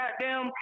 goddamn